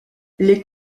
les